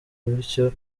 bityo